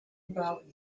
about